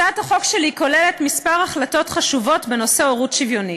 הצעת החוק שלי כוללת כמה החלטות חשובות בנושא הורות שוויונית: